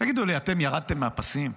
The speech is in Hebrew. תגידו לי, אתם ירדתם מהפסים?